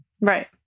Right